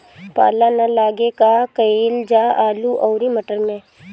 पाला न लागे का कयिल जा आलू औरी मटर मैं?